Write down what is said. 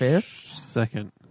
Second